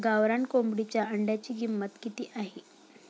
गावरान कोंबडीच्या अंड्याची किंमत किती आहे?